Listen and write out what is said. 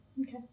Okay